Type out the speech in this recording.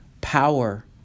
power